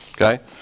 Okay